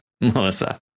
Melissa